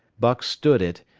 buck stood it,